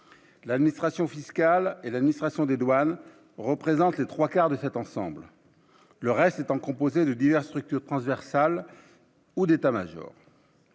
l'année fiscale et la anis façon dédouane représentent les 3 quart de cet ensemble, le reste étant composé de diverses structures transversales ou d'État-Major.